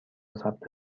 ثبت